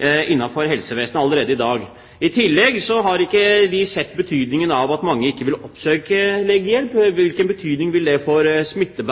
helsevesenet, allerede i dag. I tillegg har Fremskrittspartiet ikke sett konsekvensen av at mange ikke vil oppsøke legehjelp – hvilken betydning det vil ha med tanke på smitte.